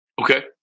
Okay